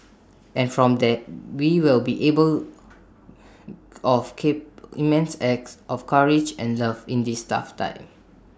and from that we will be able of cape immense acts of courage and love in this tough time